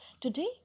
Today